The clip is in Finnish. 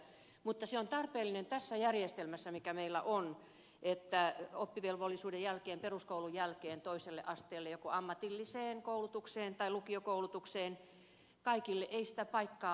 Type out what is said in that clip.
mutta se on tarpeellinen tässä järjestelmässä mikä meillä on että oppivelvollisuuden jälkeen peruskoulun jälkeen toiselle asteelle joko ammatilliseen koulutukseen tai lukiokoulutukseen kaikille ei sitä paikkaa löydy